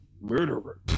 murderer